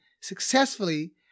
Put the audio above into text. successfully